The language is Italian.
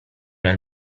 nel